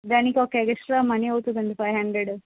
దానికి ఒక extra money అవుతుందండీ ఫైవ్ హండ్రెడ్